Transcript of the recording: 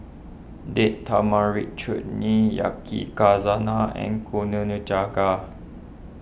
Date Tamarind Chutney and